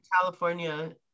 california